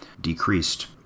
decreased